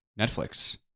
Netflix